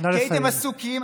נא לסיים.